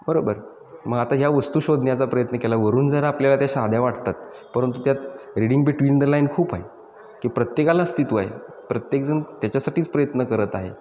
बरोबर मग आता ह्या वस्तू शोधण्याचा प्रयत्न केला वरून जर आपल्याला त्या साध्या वाटतात परंतु त्यात रीडिंग बिटविन द लाईन खूप आहे की प्रत्येकाला अस्तित्व आहे प्रत्येकजण त्याच्यासाठीच प्रयत्न करत आहे